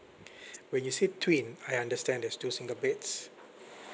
when you said twin I understand there's two single beds